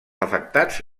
afectats